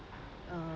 uh